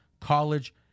college